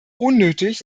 unnötig